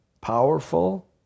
powerful